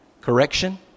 Correction